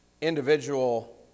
individual